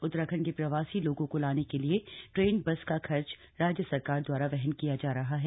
उत्तराखण्ड के प्रवासी लोगों को लाने के लिए ट्रेन बस का खर्च राज्य सरकार द्वारा वहन किया जा रहा है